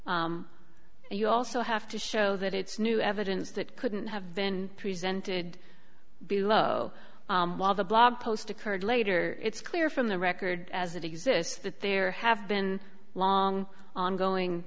and you also have to show that it's new evidence that couldn't have been presented below while the blog post occurred later it's clear from the record as it exists that there have been long ongoing